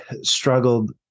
struggled